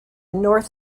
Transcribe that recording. north